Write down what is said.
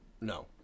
No